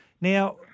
Now